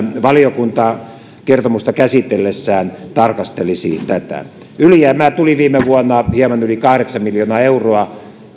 valiokunta kertomusta käsitellessään tarkastelisi tätä ylijäämää tuli viime vuonna hieman yli kahdeksan miljoonaa euroa